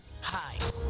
Hi